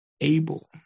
able